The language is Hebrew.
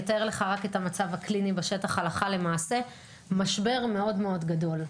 אני אתאר לך רק את המצב הקליני בשטח הלכה למעשה: משבר מאוד-מאוד גדול.